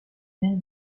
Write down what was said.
mène